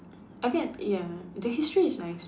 I bet ya the history is nice